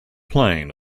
plain